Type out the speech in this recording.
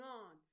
on